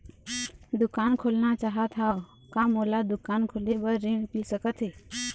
दुकान खोलना चाहत हाव, का मोला दुकान खोले बर ऋण मिल सकत हे?